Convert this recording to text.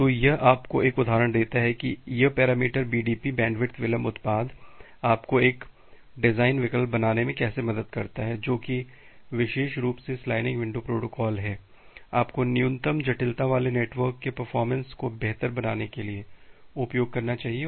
तो यह आपको एक उदाहरण देता है कि यह पैरामीटर बीडीपी बैंडविड्थ विलंब उत्पाद आपको एक डिज़ाइन विकल्प बनाने में कैसे मदद करता है जो कि विशेष रूप से स्लाइडिंग विंडो प्रोटोकॉल है आपको न्यूनतम जटिलता वाले नेटवर्क के परफॉरमेंस को बेहतर बनाने के लिए उपयोग करना चाहिए